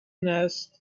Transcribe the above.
nest